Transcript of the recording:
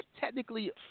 technically